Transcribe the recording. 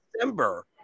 December